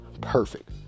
perfect